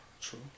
True